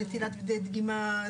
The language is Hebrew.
נטילת דגימה,